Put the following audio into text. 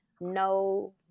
No